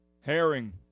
Herring